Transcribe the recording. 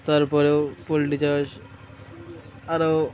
তার পরেও পোলট্রি চাষ আরও